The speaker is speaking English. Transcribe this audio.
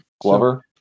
Glover